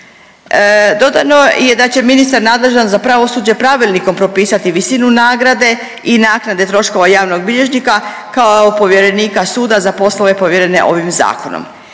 Dodano je da će ministar nadležan za pravosuđe pravilnikom propisati visinu nagrade i naknade troškova javnog bilježnika kao povjerenika suda za poslove povjerene ovim zakonom.